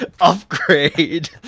upgrade